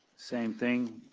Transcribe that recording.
same thing.